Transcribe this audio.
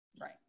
right